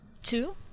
two